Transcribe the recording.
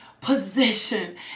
position